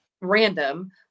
random